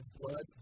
blood